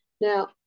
now